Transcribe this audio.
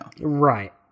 right